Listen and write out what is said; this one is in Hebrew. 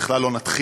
בכלל לא נתחיל,